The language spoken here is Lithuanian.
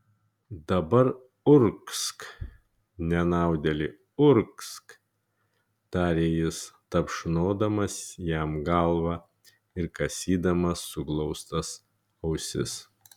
dabar urgzk nenaudėli urgzk tarė jis tapšnodamas jam galvą ir kasydamas suglaustas ausis